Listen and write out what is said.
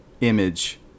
image